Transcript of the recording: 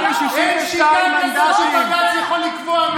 אין שיטה כזאת שבג"ץ יכול לקבוע מי יהיה ראש ממשלה.